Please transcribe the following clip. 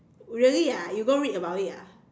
really ah you go read about it ah